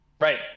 right